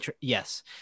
yes